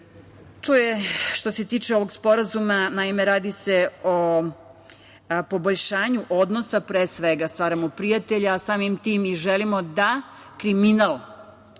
To je što se tiče ovog sporazuma. Naime, radi se o poboljšanju odnosa. Pre svega, stvaramo prijatelja, a samim tim želimo da se kriminal